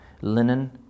linen